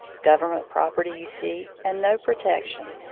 government property, you see, and no protection.